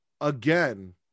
again